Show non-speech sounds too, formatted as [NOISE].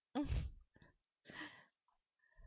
[NOISE]